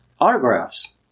autographs